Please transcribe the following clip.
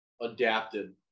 Adapted